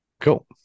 cool